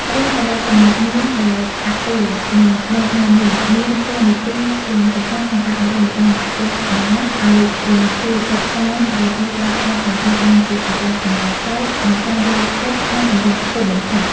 រាល់រលកសំនៀងដែលអាក់អួល និងញាប់ញ័រនេះ មានតួនាទីយ៉ាងសំខាន់ក្នុងការអង្រួនបេះដូងអ្នកទស្សនាឱ្យរំជួលចិត្តតាម រហូតដល់អាចបង្កើតបានជាអារម្មណ៍អាណិតអាសូរ និងការយល់ចិត្តក្នុងកម្រិតខ្ពស់បំផុត។